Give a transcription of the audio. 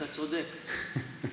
אתה צודק.